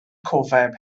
cofeb